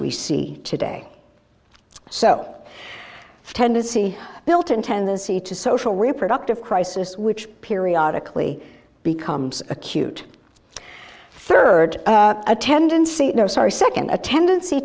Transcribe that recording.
we see today so tendency built in tendency to social reproductive crisis which periodically becomes acute rd a tendency no sorry nd a tendency